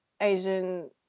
Asian